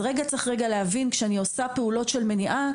אז צריך רגע להבין ולאפיין כשאני עושה פעולות של מניעה.